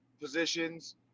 positions